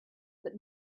but